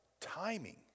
timing